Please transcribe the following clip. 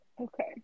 Okay